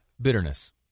Bitterness